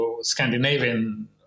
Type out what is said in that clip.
Scandinavian